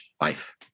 life